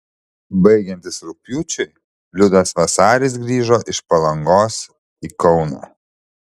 baigiantis rugpjūčiui liudas vasaris grįžo iš palangos į kauną